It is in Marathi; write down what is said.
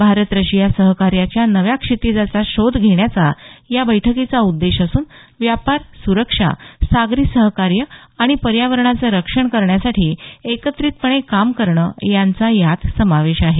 भारत रशिया सहकार्याच्या नव्या क्षितीजाचा शोध घेण्याचा या बैठकीचा उद्देश असून व्यापार सुरक्षा सागरी सहकार्य आणि पर्यावरणाचं रक्षण करण्यासाठी एकत्रितपणे काम करणं यांचा यात समावेश आहे